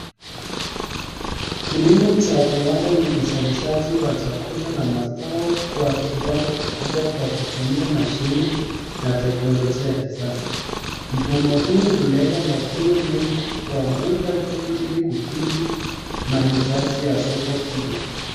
Kilimo cha viwanda ni uzalishaji wa chakula na mazao kwa kiwango kikubwa kwa kutumia mashine na teknolojia ya kisasa .Mfumo huu hulenga mavuno mengi kwa muda mfupi ili kukidi mahitaji ya soko kubwa.